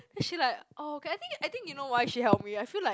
she like oh I think I think you know why she help me I feel like